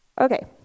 Okay